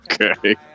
Okay